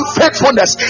faithfulness